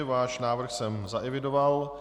Váš návrh jsem zaevidoval.